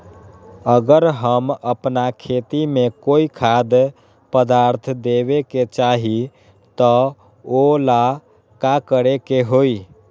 अगर हम अपना खेती में कोइ खाद्य पदार्थ देबे के चाही त वो ला का करे के होई?